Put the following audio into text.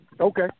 Okay